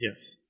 Yes